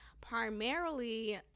primarily